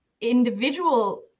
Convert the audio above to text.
individual